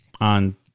on